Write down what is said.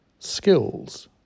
skills